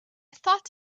thought